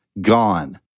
gone